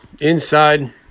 inside